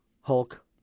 Hulk